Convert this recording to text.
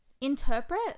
interpret